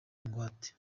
ingwate